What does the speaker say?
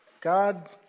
God